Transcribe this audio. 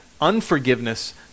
unforgiveness